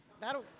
That'll